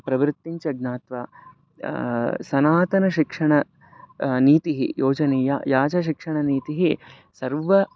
प्रवृत्तिं च ज्ञात्वा सनातनं शिक्षणं नीतिः योजनीया या च शिक्षणनीतिः सर्व